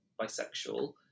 bisexual